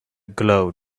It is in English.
glow